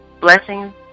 Blessings